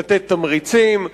לתת תמריצים,